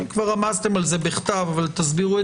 כבר רמזתם על זה בכתב אך תסבירו.